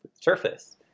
surface